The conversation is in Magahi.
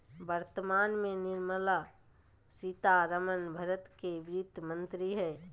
वर्तमान में निर्मला सीतारमण भारत के वित्त मंत्री हइ